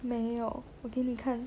没有我给你看